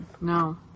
No